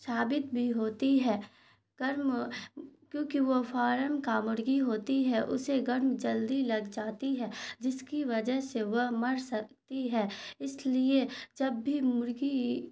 ثابت بھی ہوتی ہے گرم کیونکہ وہ فارم کا مرغی ہوتی ہے اسے گرم جلدی لگ جاتی ہے جس کی وجہ سے وہ مر سکتی ہے اس لیے جب بھی مرغی